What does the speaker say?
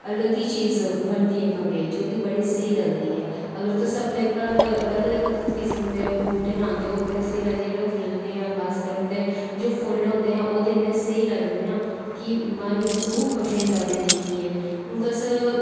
अलग ई चीज़ बनदी ऐ कमरे च जो कि बड़ी स्हेई लगदी ऐ अगर तुस अपने घर अलग अलग किस्म दे बूह्टे लांदे ओ बड़े स्हेई लगदे जेल्लै ओह् खिल्लदे न खासकर उंदे जो फुल्ल होंदे ऐं ओह् ते इन्ने स्हेई लगदे ना कि मन रूह् खुश होई जंदा उनेंगी दिक्खियै हून तुस